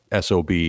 SOB